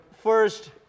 first